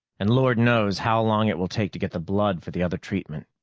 and lord knows how long it will take to get the blood for the other treatment,